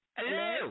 Hello